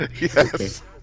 Yes